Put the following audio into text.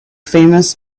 famous